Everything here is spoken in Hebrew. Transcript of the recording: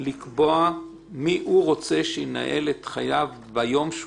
לקבוע מי הוא רוצה שינהל את חייו ביום שהוא